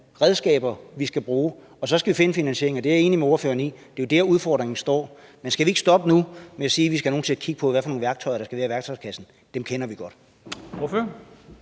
redskaber, vi skal bruge. Og så skal vi finde finansieringen, og det er jeg enig med ordføreren i er der, udfordring står. Men skal vi ikke stoppe nu med at sige, at vi skal have nogen til at kigge på, hvad det er for nogle værktøjer, der skal være i værktøjskassen? Dem kender vi godt.